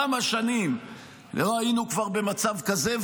כמה שנים לא היינו כבר במצב כזה?